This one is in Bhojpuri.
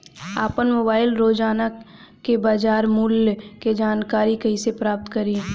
आपन मोबाइल रोजना के बाजार मुल्य के जानकारी कइसे प्राप्त करी?